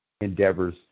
Endeavors